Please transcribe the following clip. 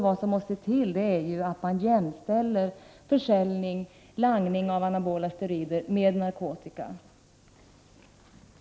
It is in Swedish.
Vad som måste till är att man jämställer försäljning — langning — av anabola steroider med narkotikahantering.